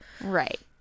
Right